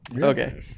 Okay